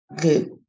good